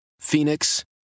Phoenix